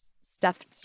stuffed